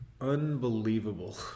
Unbelievable